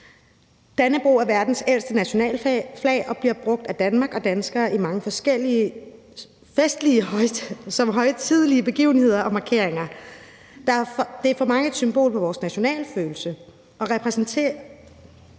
Dannebrog er verdens ældste nationalflag og bliver brugt af Danmark og danskere ved mange forskellige festlige og højtidelige begivenheder og markeringer. Det er for mange et symbol på vores nationalfølelse. Det vigtige